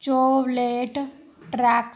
Chevrolet tracks